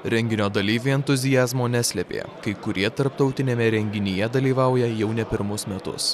renginio dalyviai entuziazmo neslėpė kai kurie tarptautiniame renginyje dalyvauja jau ne pirmus metus